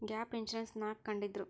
Gap insurance ನ್ಯಾಕ್ ಕಂಢಿಡ್ದ್ರು?